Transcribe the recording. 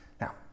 now